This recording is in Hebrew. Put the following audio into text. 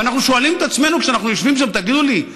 ואנחנו שואלים את עצמנו כשאנחנו יושבים שם: תגידו לי,